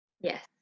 Yes